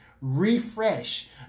Refresh